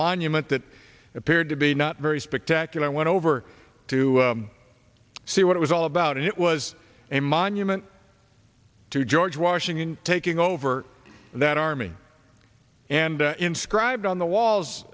monument that appeared to be not very spectacular i went over to see what it was all about and it was a monument to george washington taking over that army and inscribed on the walls